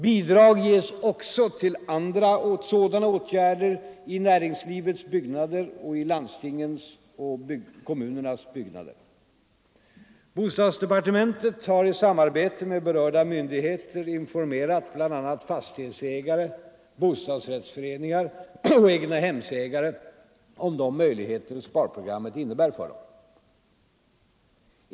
Bidrag ges också till sådana åtgärder i näringslivets byggnader och i landstingens och kommunernas byggnader. Bostadsdepartementet har i samarbete med berörda myndig heter informerat bl.a. fastighetsägare, bostadsrättsföreningar och egna hemsägare om de möjligheter sparprogrammet innebär för dem.